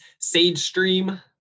SageStream